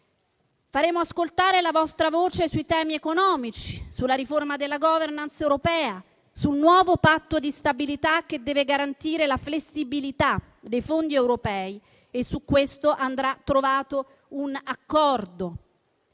Faremo ascoltare la nostra voce sui temi economici, sulla riforma della *governance* europea, sul nuovo patto di stabilità, che deve garantire la flessibilità dei fondi europei e su questo andrà trovato un accordo.